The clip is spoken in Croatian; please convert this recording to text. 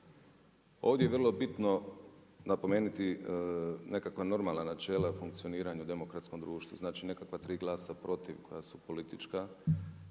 Ovdje je vrlo bitno napomenuti nekakva normalna načela funkcioniranja u demokratskom društvu, znači nekakva tri glasa protiv koja su politička.